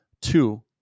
Two